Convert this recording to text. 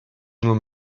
nur